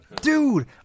Dude